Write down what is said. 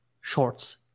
Shorts